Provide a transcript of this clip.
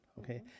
okay